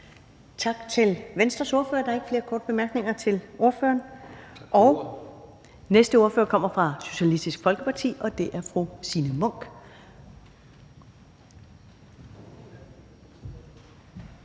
Tak til Venstres ordfører. Der er ikke flere korte bemærkninger til ordføreren. Den næste ordfører kommer fra Socialistisk Folkeparti, og det er fru Signe Munk.